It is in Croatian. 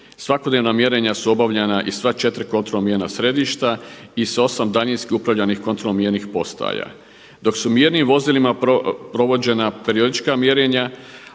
Svakodnevna mjerenja su obavljena iz sva 4 kontrolna mjerna središta i sa 8 daljinski upravljanih kontrolno mjernih postaja. Dok su mjernim vozilima periodička mjerenja,